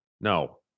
No